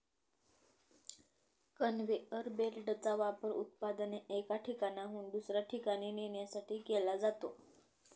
conveyor बेल्टचा वापर उत्पादने एका ठिकाणाहून दुसऱ्या ठिकाणी नेण्यासाठी केला जातो